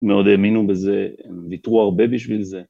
‫הם מאוד האמינו בזה, ‫הם ויתרו הרבה בשביל זה.